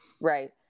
Right